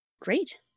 Great